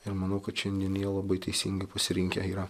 ir manau kad šiandien jie labai teisingai pasirinkę yra